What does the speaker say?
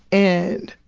and,